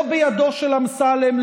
לא בידו של אמסלם,